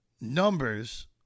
numbers